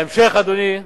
בהמשך, אדוני,